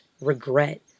regret